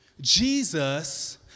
Jesus